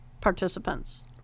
participants